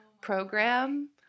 program